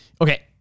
okay